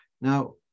Now